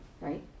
right